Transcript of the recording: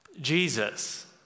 Jesus